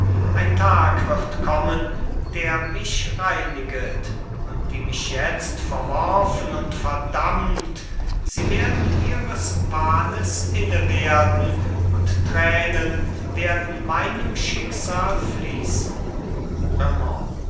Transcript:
ein tag wird kommen der mich reiniget und die mich jetzt verworfen und verdammt sie werden ihres wahnes inne werden und tränen werden meinem schicksal fließen